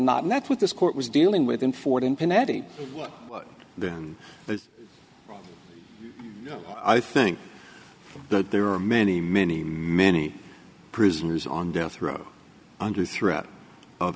not and that's what this court was dealing with in ford and pinetti then that i think that there are many many many prisoners on death row under threat of